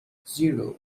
zero